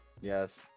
Yes